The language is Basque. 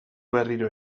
berriro